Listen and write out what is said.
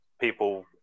people